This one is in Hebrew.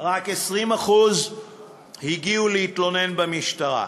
רק 20% הגיעו להתלונן במשטרה.